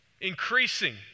increasing